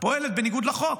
פועלת בניגוד לחוק,